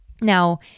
Now